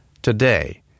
Today